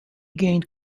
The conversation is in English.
gained